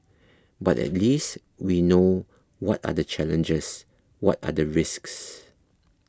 but at least we know what are the challenges what are the risks